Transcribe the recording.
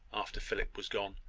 after philip was gone.